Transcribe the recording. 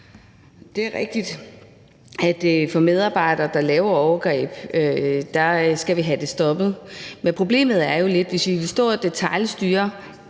Det er rigtigt, at i forhold til medarbejdere, der begår overgreb, skal vi have det stoppet. Men problemet er jo lidt, at hvis vi vil detailstyre